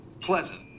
pleasant